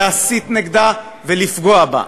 להסית נגדה ולפגוע בה.